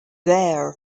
their